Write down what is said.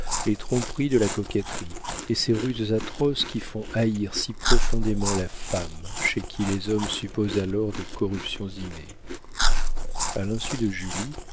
les tromperies de la coquetterie et ces ruses atroces qui font haïr si profondément la femme chez qui les hommes supposent alors des corruptions innées a l'insu de julie